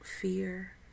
fear